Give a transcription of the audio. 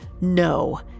No